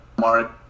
mark